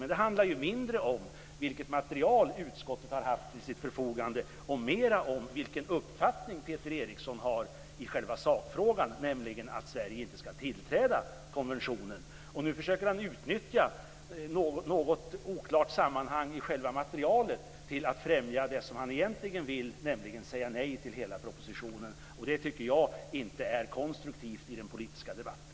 Men det handlar mindre om vilket material utskottet har haft till sitt förfogande och mer om vilken uppfattning Peter Eriksson har i själva sakfrågan, nämligen att Sverige inte skall tillträda konventionen. Nu försöker han utnyttja ett något oklart sammanhang i själva materialet till att främja det som han egentligen vill, nämligen säga nej till hela propositionen. Det tycker jag inte är konstruktivt i den politiska debatten.